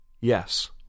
Yes